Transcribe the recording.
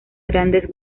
grandes